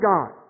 God